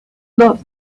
dos